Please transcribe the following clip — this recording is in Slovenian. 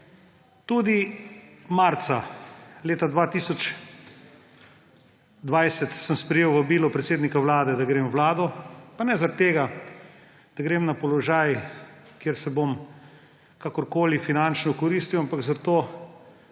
Tudi marca leta 2020 sem sprejel vabilo predsednika Vlade, da grem v vlado, pa ne zaradi tega, da grem na položaj, kjer se bom kakorkoli finančno okoristil, ampak zato